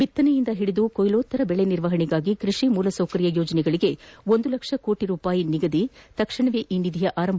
ಬಿತ್ತನೆಯಿಂದ ಹಿಡಿದು ಕೊಯ್ಲೋತ್ತರ ಬೆಳೆ ನಿರ್ವಹಣೆಗಾಗಿ ಕೃಷಿ ಮೂಲಸೌಕರ್ಯ ಶ್ ಯೋಜನೆಗಳಿಗೆ ಒಂದು ಲಕ್ಷ ಕೋಟಿ ರೂಪಾಯಿ ನಿಗದಿ ತಕ್ಷಣವೇ ಈ ನಿಧಿಯ ಆರಂಭ